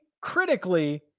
critically